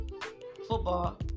football